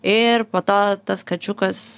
ir po to tas kačiukas